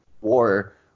war